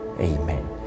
Amen